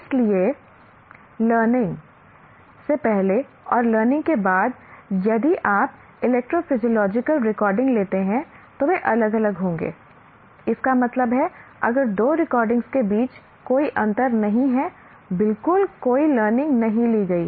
इसलिए लर्निंग से पहले और लर्निंग के बाद यदि आप इलेक्ट्रोफिजियोलॉजिकल रिकॉर्डिंग लेते हैं तो वे अलग अलग होंगे इसका मतलब है अगर दो रिकॉर्डिंग के बीच कोई अंतर नहीं है बिल्कुल कोई लर्निंग नहीं ली गई है